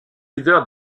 leader